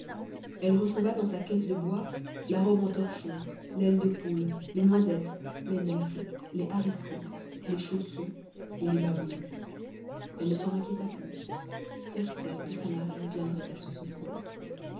elle retrouva dans sa caisse de bois la robe en torchon l'aile de poule les noisettes les nèfles les haricots les chaussons et les bas bleus elle ne s'en inquiéta plus certaine que sa marraine viendrait à son secours